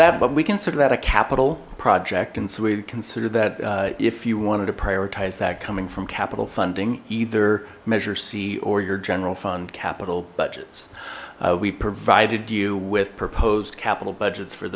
but we consider that a capital project and so we consider that if you wanted to prioritize that coming from capital funding either measure c or your general fund capital budgets we provided you with proposed capital budgets for